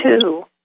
two